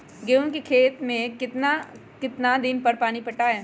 गेंहू के खेत मे कितना कितना दिन पर पानी पटाये?